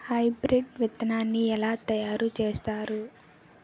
Hybrid విత్తనాన్ని ఏలా తయారు చేస్తారు?